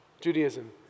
Judaism